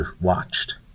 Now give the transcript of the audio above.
watched